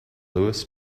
louis